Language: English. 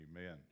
amen